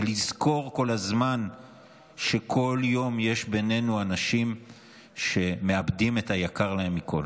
לזכור כל הזמן שבכל יום יש בינינו אנשים שמאבדים את היקר להם מכול.